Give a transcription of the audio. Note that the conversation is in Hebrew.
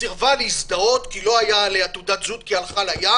היא סירבה להזדהות כי לא הייתה עליה תעודת זהות כי היא הלכה לים